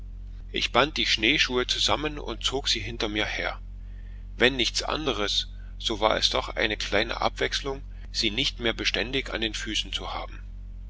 ich band die schneeschuhe zusammen und zog sie hinter mir her wenn nichts andres so war es doch eine kleine abwechslung sie nicht mehr beständig an den füßen zu haben